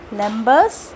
numbers